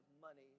money